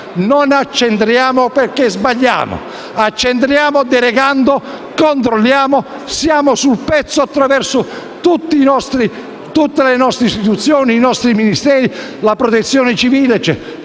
Non accentriamo perché sbagliamo; accentriamo delegando, controlliamo, siamo «sul pezzo» attraverso tutte le nostre istituzioni, i nostri Ministeri, la Protezione civile.